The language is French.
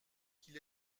qu’il